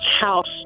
house